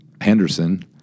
Henderson